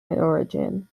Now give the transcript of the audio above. origin